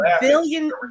billion